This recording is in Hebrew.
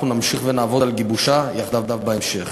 אנחנו נמשיך ונעבוד על גיבושה יחדיו בהמשך.